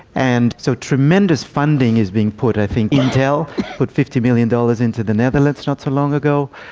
and so tremendous funding is being put, i think intel put fifty million dollars into the netherlands not so long ago.